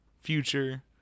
future